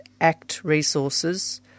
actresources